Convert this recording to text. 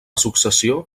successió